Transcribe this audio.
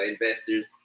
investors